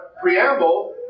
preamble